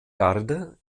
garde